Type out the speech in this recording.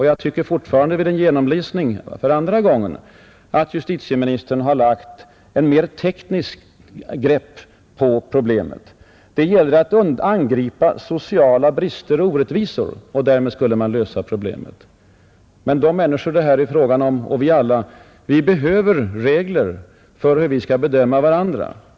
Jag tycker fortfarande vid en andra genomläsning att justitieministern har tagit ett mera ”tekniskt” grepp på problemet. Det gäller, säger han, att angripa ”sociala brister och orättvisor” för att därmed lösa problemet. Men de människor som det här är fråga om behöver liksom vi andra regler för hur de skall umgås med varandra.